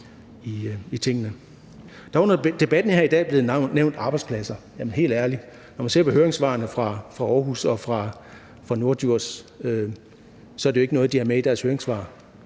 i tingene? I debatten her i dag er der blevet nævnt arbejdspladser. Men helt ærligt, når man ser på høringssvarene fra Aarhus Kommune og fra Norddjurs Kommune, er det jo ikke noget, de har med i deres høringssvar.